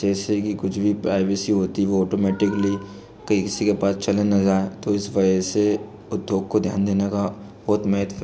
जैसे कि कुछ भी प्राइवेसी होती है वो ऑटोमेटिक्ली किसी के पास चले ना जाएँ तो इस वजह से उद्योग को ध्यान देने का बहुत महत्व